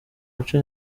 muco